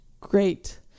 great